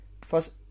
First